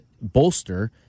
bolster